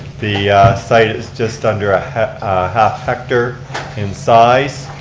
the site is just under a half hectare in size.